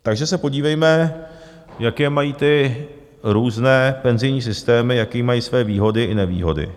Takže se podívejme, jaké mají ty různé penzijní systémy, jaké mají své výhody i nevýhody.